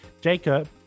Jacob